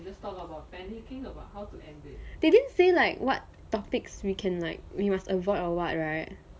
they didn't say like what topics we can like we must avoid or what right